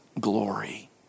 glory